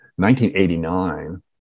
1989